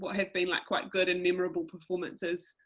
what i had been like quite good and memorable performances,